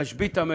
להשבית את המשק.